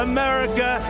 America